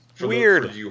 Weird